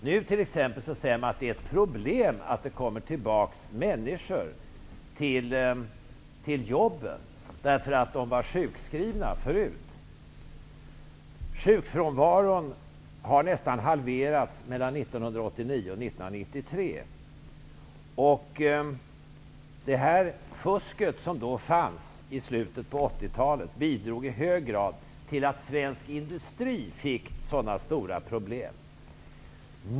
Nu säger man t.ex. att det är ett problem att det kommer tillbaka människor till jobben, därför att de var sjukskrivna förut. Sjukfrånvaron har nästan halverats mellan 1989 och 1993, och det fusk som förekom i slutet av 80-talet bidrog i hög grad till att svensk industri fick så stora problem.